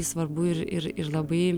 svarbu ir ir ir labai